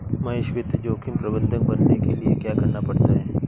महेश वित्त जोखिम प्रबंधक बनने के लिए क्या करना पड़ता है?